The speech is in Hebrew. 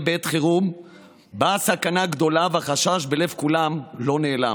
בעת חירום שבה הסכנה גדולה והחשש בלב כולם לא נעלם.